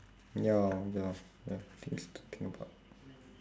ya ya ya things to think about